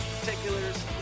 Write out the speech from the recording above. particulars